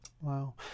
Wow